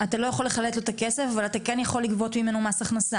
אתה לא יכול לחלט לו את הכסף אבל אתה כן יכול לגבות ממנו מס הכנסה.